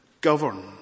govern